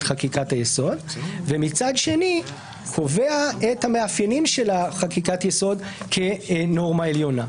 חקיקת היסוד ומצד שני קובע את המאפיינים של חקיקת היסוד כנורמה עליונה.